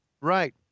Right